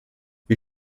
wir